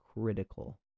critical